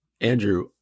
Andrew